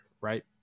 right